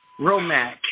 Romac